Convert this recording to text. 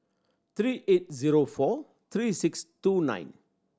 three eight zero four three six two nine